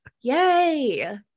Yay